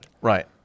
Right